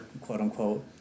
quote-unquote